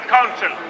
Council